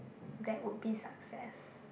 that would be success